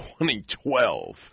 2012